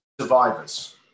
survivors